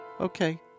okay